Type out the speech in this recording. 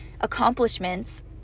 accomplishments